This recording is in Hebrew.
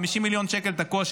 50 מיליון שקל תקוע,